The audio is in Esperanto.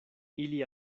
ili